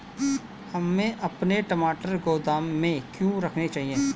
हमें अपने टमाटर गोदाम में क्यों रखने चाहिए?